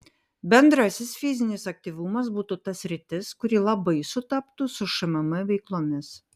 bendrasis fizinis aktyvumas būtų ta sritis kuri labai sutaptų su šmm veiklomis